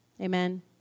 Amen